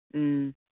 ꯎꯝ